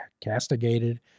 castigated